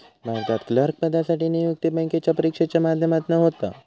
भारतात क्लर्क पदासाठी नियुक्ती बॅन्केच्या परिक्षेच्या माध्यमातना होता